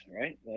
right